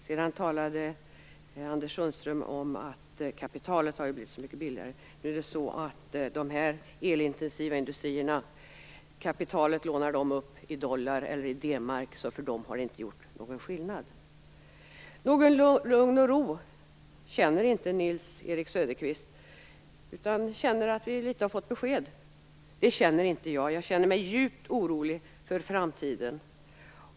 Sedan talade Anders Sundström om att kapitalet har blivit så mycket billigare. Nu är det så att de elintensiva industrierna lånar upp kapitalet i dollar eller D-Mark, så för dem har det inte gjort någon skillnad. Någon lugn och ro känner inte Nils-Erik Söderqvist, men han känner litet att vi har fått besked. Det känner inte jag. Jag känner mig djupt orolig för framtiden.